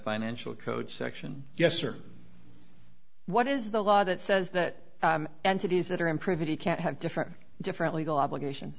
financial code section yes or what is the law that says that entities that are in pretty can't have different different legal obligation